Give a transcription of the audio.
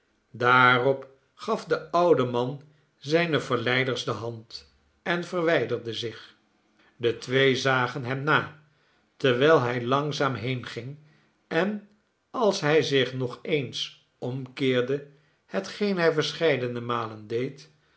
daarop gaf de oude man zijne verleiders de hand en verwijderde zich de twee zagen hem na terwijl hij langzaam heenging en als hij zich nog eens omkeerde hetgeen hij verscheidene malen deed